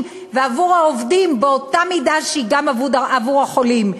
ועבור העובדים באותה מידה שהיא גם עבור החולים.